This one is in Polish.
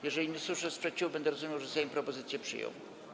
Jeżeli nie usłyszę sprzeciwu, będę rozumiał, że Sejm propozycję przyjął.